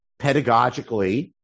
pedagogically